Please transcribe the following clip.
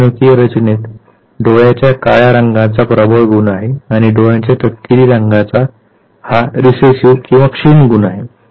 तुमच्या जनुकीय रचनेत डोळ्याच्या काळ्या रंगाचा प्रबळ गुण आहे आणि डोळ्यांचा तपकिरी रंग हा रिसेसिव्ह किंवा क्षीण गुण आहे